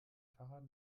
fahrrad